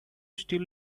still